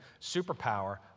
superpower